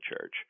church